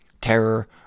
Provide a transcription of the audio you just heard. terror